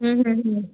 হুম হুম হুম